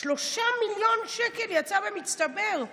3 מיליון שקל במצטבר.